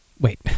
wait